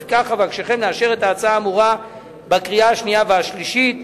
לפיכך אבקשכם לאשר את ההצעה האמורה בקריאה השנייה והשלישית.